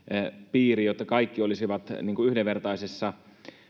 piiriin jotta kaikki olisivat yhdenvertaisessa